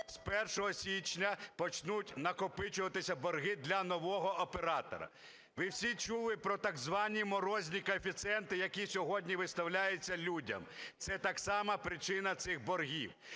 з 1 січня почнуть накопичуватися борги для нового оператора. Ви всі чули про так звані "морозні коефіцієнти", які сьогодні виставляють людям. Це, так само, причина цих боргів,